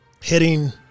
hitting